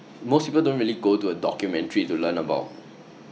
most people don't really go to a documentary to learn about